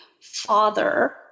father